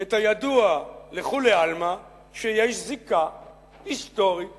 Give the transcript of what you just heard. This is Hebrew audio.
את הידוע לכולי עלמא שיש זיקה היסטורית